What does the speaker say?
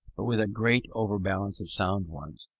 but with a great overbalance of sound ones,